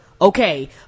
Okay